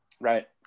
Right